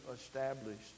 established